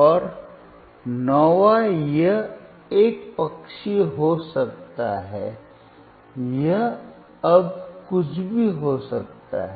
और नौवां यह एकपक्षीय हो सकता है यह अब कुछ भी हो सकता है